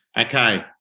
Okay